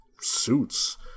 suits